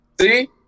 See